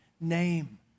name